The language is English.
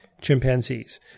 chimpanzees